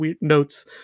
notes